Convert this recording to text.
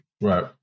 Right